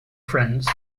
friends